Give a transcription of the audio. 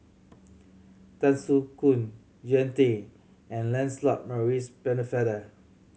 Tan Soo Khoon Jean Tay and Lancelot Maurice Pennefather